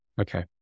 Okay